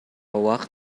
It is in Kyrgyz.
убакыт